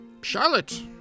Charlotte